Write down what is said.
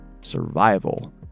Survival